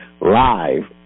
live